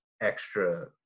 extra